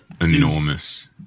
enormous